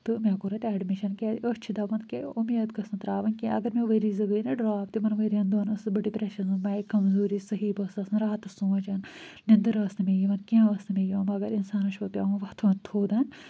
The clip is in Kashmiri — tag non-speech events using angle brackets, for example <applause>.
تہٕ مےٚ کوٚر اَتہِ اٮ۪ڈمِشَن کیٛازِ أسۍ چھِ دپان کہِ اُمید گٔژھ نہٕ ترٛاوٕنۍ کیٚنٛہہ اگر مےٚ ؤرۍ زٕ گٔے نَہ ڈرٛاپ تِمَن ؤریَن دۄن ٲسٕس بہٕ ڈِپرٮ۪شَنَس <unintelligible> لایِک کمزوٗری صحیح بہٕ ٲسس آسان راتَس سونٛچان نِنٛدٕر ٲس نہٕ مےٚ یِوان کیٚنٛہہ ٲس نہٕ مےٛ یِوان مگر اِنسَانس چھُ پتہٕ پٮ۪وان وۄتھُن تھوٚد